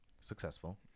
successful